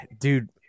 dude